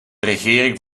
regering